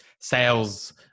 sales